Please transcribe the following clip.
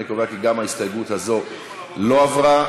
אני קובע כי גם ההסתייגות הזאת לא עברה.